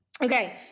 Okay